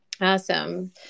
Awesome